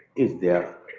is there